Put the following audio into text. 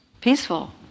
peaceful